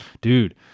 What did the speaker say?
Dude